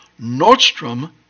Nordstrom